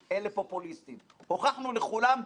זה דווקא דבר אופטימי,